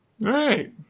Right